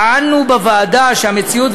טענו בוועדה שהמציאות,